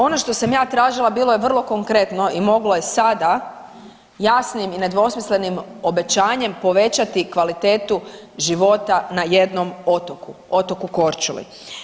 Ono što sam ja tražila bilo je vrlo konkretno i moglo je sada jasnim i nedvosmislenim obećanjem povećati kvalitetu života na jednom otoku, otoku Korčuli.